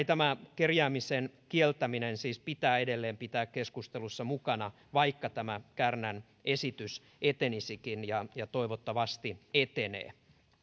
tämä kerjäämisen kieltäminen siis pitää edelleen pitää keskustelussa mukana vaikka tämä kärnän esitys etenisikin ja ja toivottavasti etenee